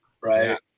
Right